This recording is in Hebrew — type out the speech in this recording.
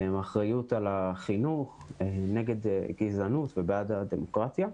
אחריות על החינוך, נגד גזענות ובעד הדמוקרטיה.